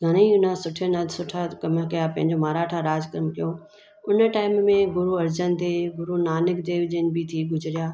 घणे ई हुना सुठे ना सुठा कमु कया पंहिंजो माराठा राॼु क़ाइमु कयो उन टाइम में गुरू अर्जन देव गुरूनानक देव जन बि थी गुज़रिया